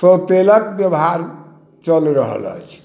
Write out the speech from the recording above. सौतेलक व्यवहार चल रहल अछि